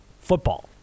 football